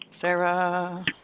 Sarah